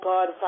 God